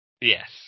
Yes